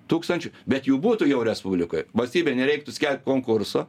tūkstančių bet jų būtų jau respublikoj valstybei nereiktų skelbt konkurso